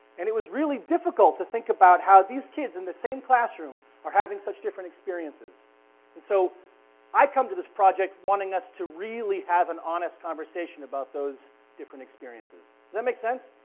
and it was really difficult to think about how these kids in the same classroom are having such different experiences. and so i come to this project wanting us to really have an honest conversation about those different experiences, does that make sense?